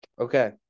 Okay